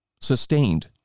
sustained